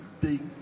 big